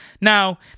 Now